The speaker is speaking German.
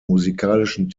musikalischen